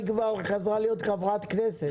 היא כבר חזרה להיות חברת כנסת.